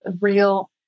real